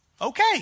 okay